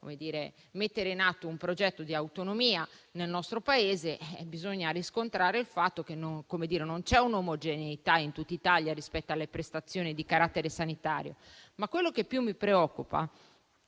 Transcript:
che vuole mettere in atto un progetto di autonomia nel nostro Paese. Ma bisogna riscontrare il fatto che non c'è omogeneità in tutta Italia rispetto alle prestazioni di carattere sanitario. Tuttavia, quello che più mi preoccupa